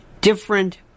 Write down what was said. different